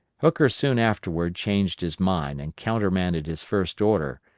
hooker soon afterward changed his mind and countermanded his first order,